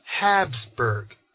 Habsburg